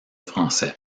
français